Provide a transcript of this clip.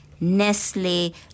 Nestle